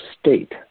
state